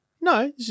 No